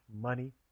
money